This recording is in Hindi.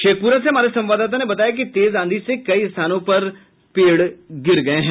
शेखपुरा से हमारे संवाददाता ने बताया कि तेज आंधी से कई स्थानों पर पेड़ गिर गये हैं